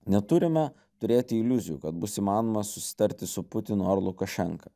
neturime turėti iliuzijų kad bus įmanoma susitarti su putinu ar lukašenka